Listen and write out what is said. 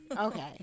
Okay